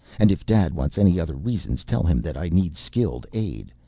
and if dad wants any other reasons tell him that i need skilled aid,